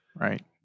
Right